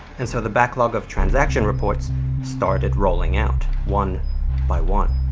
and so, the backlog of transaction reports started rolling out, one by one.